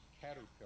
Caterpillar